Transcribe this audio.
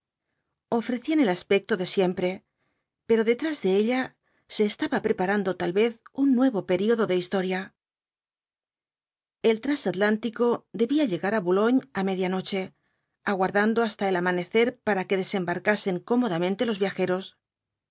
ofrecían el aspecto de siempre pero detrás de ella se estaba preparando tal vez un nuevo período de historia el trasatlántico debía llegar á boulogne á media noche aguardando hasta el amanecer para que desembarcasen cómodamente los viajeros